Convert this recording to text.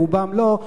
ברובם לא,